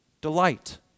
Delight